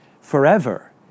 forever